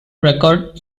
record